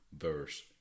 verse